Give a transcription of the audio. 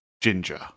Ginger